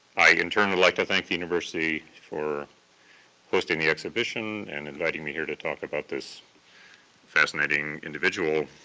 i in turn would like to thank the university for posting the exhibition and inviting me here to talk about this fascinating individual.